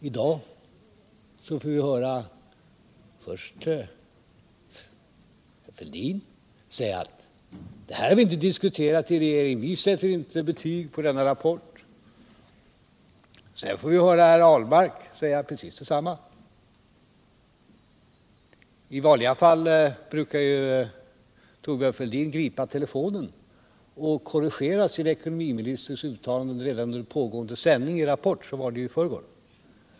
I dag får vi höra först Thorbjörn Fälldin säga att det här har inte diskuterats i regeringen, som inte sätter betyg på denna rapport. Sedan får vi höra Per Ahlmark säga precis detsamma. I vanliga fall brukar ju Thorbjörn Fälldin gripa telefonen och korrigera sin ekonomiministers uttalanden redan under pågående sändning i Rapport. Så var det i förrgår.